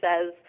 says